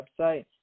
website